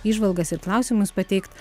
įžvalgas ir klausimus pateikt